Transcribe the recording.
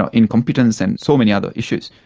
ah incompetence and so many other issues.